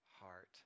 heart